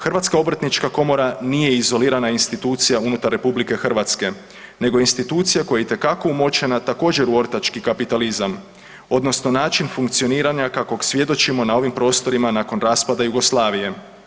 Hrvatska obrtnička komora nije izolirana institucija unutar RH nego institucija koja je itekako umočena također u ortački kapitalizam odnosno način funkcioniranja kakvog svjedočimo na ovim prostorima nakon raspada Jugoslavije.